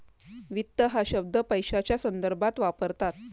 वित्त हा शब्द पैशाच्या संदर्भात वापरतात